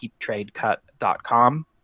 keeptradecut.com